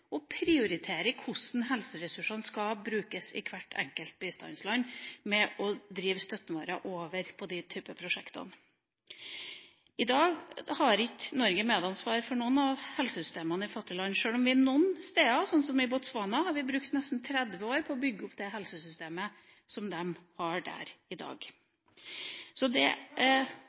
og prioriterer hvordan helseressursene skal brukes i hvert enkelt bistandsland ved å drive støtten vår over på den typen prosjekter. I dag har ikke Norge medansvar for noen av helsesystemene i fattige land, sjøl om vi noen steder, slik som i Botswana, har brukt nesten 30 år på å bygge opp det helsesystemet som de har der i dag. Så det